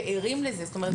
וערים לזה זאת אומרת.